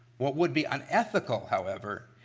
what would be unethical, however,